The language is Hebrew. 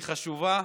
היא חשובה,